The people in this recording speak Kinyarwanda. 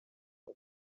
ako